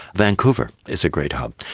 vancouver is a great hub.